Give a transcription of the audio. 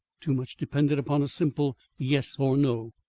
too much depended upon a simple yes or no.